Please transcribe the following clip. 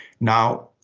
now,